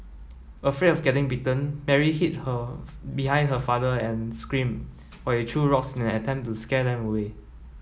afraid of getting bitten Mary hid her behind her father and screamed while he threw rocks in an attempt to scare them away